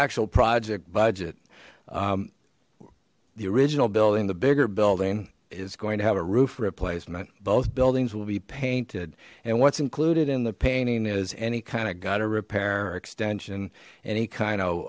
actual project budget the original building the bigger building is going to have a roof replacement both buildings will be painted and what's included in the painting is any kind of to repair extension any kind of